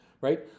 right